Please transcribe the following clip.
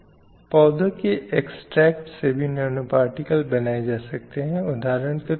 कई बार शायद यह समझा जाएगा कि इसका संबंध एक व्यक्ति के छोटी उम्र में ग्रहण किए गए मूल्यों विश्वास के पोषण से है